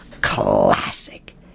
classic